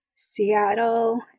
Seattle